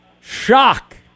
shock